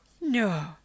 No